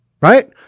right